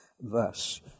verse